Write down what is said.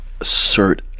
assert